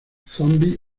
zombie